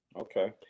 Okay